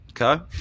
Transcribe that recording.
Okay